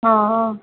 ஆ ஆ